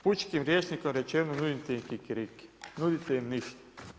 Pučkim rječnikom rečeno, nudite im kikiriki, nudite im ništa.